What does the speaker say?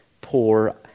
poor